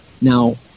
Now